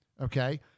okay